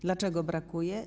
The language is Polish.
Dlaczego brakuje?